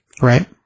Right